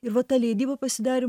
ir va ta leidyba pasidarė